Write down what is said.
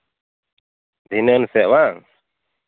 ᱫᱷᱤᱱᱟᱹᱱ ᱥᱮᱫ ᱵᱟᱝ